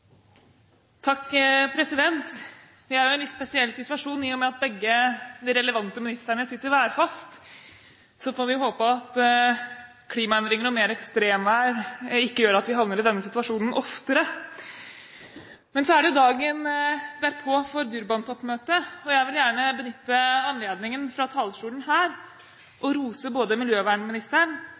og med at begge de relevante ministrene sitter værfast. Så får vi håpe at klimaendringene og mer ekstremvær ikke gjør at vi havner i denne situasjonen oftere. Det er dagen derpå for Durban-toppmøtet. Jeg vil gjerne benytte anledningen fra talerstolen her og rose både miljøvernministeren